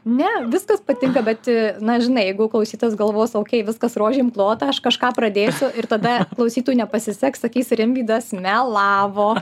ne viskas patinka bet na žinai jeigu klausytojas galvos okei viskas rožėm klota aš kažką pradėsiu ir tada klausytojui nepasiseks sakys rimvydas melavo